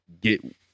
get